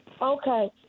Okay